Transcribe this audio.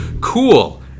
cool